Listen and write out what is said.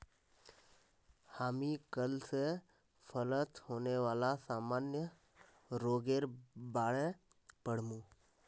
हामी कल स फलत होने वाला सामान्य रोगेर बार पढ़ मु